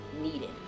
needed